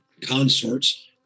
consorts